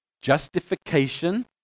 justification